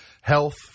health